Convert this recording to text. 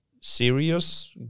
serious